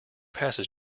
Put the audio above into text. passes